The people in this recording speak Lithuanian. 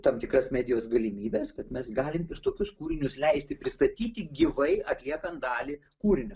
tam tikras medijos galimybes kad mes galim ir tokius kūrinius leisti pristatyti gyvai atliekant dalį kūrinio